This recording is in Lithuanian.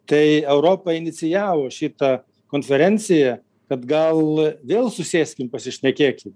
tai europa inicijavo šitą konferenciją kad gal vėl susėskim pasišnekėkim